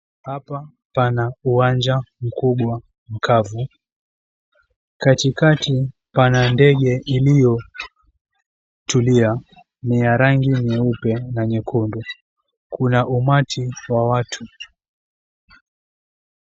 Hapa pana uwanja mkubwa mkavu. Katikati pana ndege iliyotulia. Ni ya rangi nyeupe na nyekundu. Kuna umati wa watu.